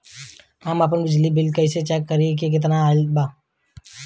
हम आपन बिजली बिल कइसे चेक करि की केतना आइल बा?